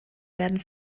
werden